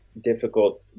difficult